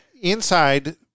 inside